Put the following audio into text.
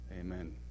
Amen